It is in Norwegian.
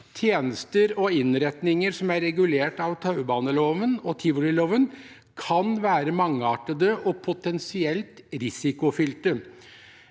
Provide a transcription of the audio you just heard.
Tjenester og innretninger som er regulert av taubaneloven og tivoliloven, kan være mangeartede og potensielt risikofylte.